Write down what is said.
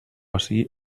ací